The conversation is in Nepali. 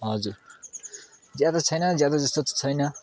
हजुर ज्यादा छैन ज्यादा जस्तो त छैन